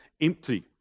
Empty